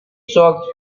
sorgte